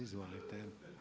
Izvolite.